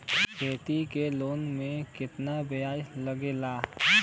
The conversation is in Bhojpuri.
खेती के लोन में कितना ब्याज लगेला?